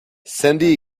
sandy